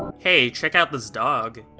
hey, check out this dog.